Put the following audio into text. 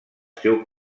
seu